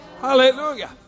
Hallelujah